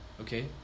Okay